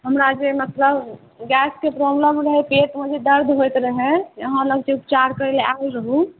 हमरा जे मतलब गैसके प्रॉब्लम रहैत अइ ओ जे दर्द होइत रहै जे अहाँ लग जे उपचार करैलए आएल रहौँ